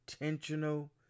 intentional